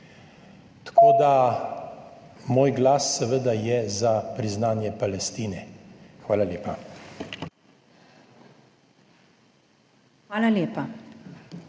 Tako da moj glas seveda je za priznanje Palestine. Hvala lepa.